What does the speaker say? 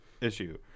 issue